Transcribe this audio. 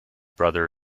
brother